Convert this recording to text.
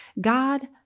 God